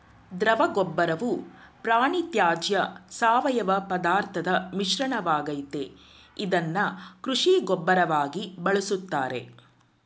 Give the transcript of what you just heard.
ದ್ರವಗೊಬ್ಬರವು ಪ್ರಾಣಿತ್ಯಾಜ್ಯ ಸಾವಯವಪದಾರ್ಥದ್ ಮಿಶ್ರಣವಾಗಯ್ತೆ ಇದ್ನ ಕೃಷಿ ಗೊಬ್ಬರವಾಗಿ ಬಳುಸ್ತಾರೆ